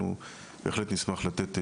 בהחלט נשמח לתת שירות.